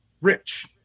Rich